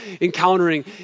encountering